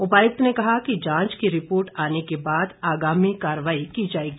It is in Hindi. उपायुक्त ने कहा कि जांच की रिपोर्ट आने के बाद आगामी कार्रवाई की जाएगी